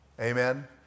Amen